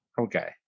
okay